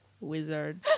wizard